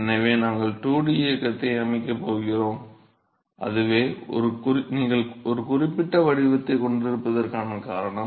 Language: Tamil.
எனவே நாங்கள் 2D இயக்கத்தை அமைக்கப் போகிறோம் அதுவே நீங்கள் ஒரு குறிப்பிட்ட வடிவத்தைக் கொண்டிருப்பதற்கான காரணம்